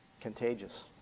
contagious